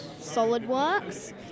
SolidWorks